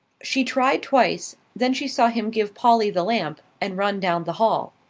she tried twice, then she saw him give polly the lamp, and run down the hall.